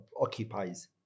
occupies